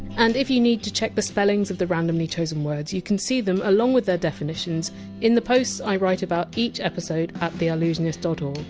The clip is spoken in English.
and if you need to check the spellings of the randomly chosen words, you can see them along with their definitions on the posts i write about each episode at theallusionist dot org,